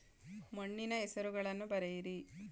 ಮಣ್ಣಿನ ಹೆಸರುಗಳನ್ನು ಬರೆಯಿರಿ